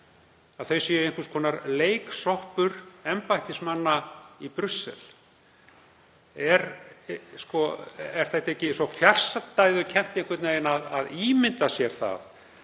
þau séu einhvers konar leiksoppur embættismanna í Brussel? Er ekki svo fjarstæðukennt einhvern veginn að ímynda sér það,